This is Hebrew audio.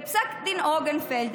בפסק דין אונגרפלד,